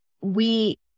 we-